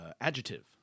Adjective